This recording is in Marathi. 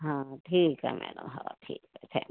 हा ठीक आहे मॅडम हो ठीक आहे थॅंक्यू